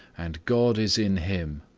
and god is in him,